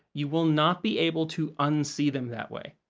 you will not be able to unsee them that way.